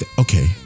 Okay